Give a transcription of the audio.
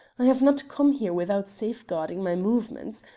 i have not come here without safeguarding my movements.